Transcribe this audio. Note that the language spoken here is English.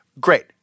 great